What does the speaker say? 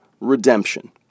redemption